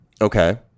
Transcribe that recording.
Okay